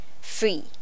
free